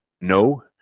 No